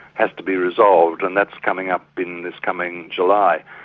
has to be resolved and that's coming up in this coming july.